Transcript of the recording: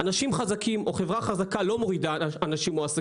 מחצית מהחברה הערבית מתחת לקו העוני.